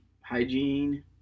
hygiene